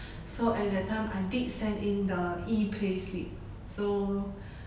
so at that time I did send in the E payslip so